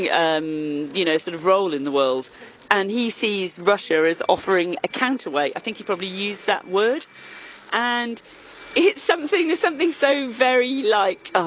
yeah um, you know, sort of role in the world and he sees russia is offering a counterweight. i think he probably used that word and it's something, it's something so very like, oh,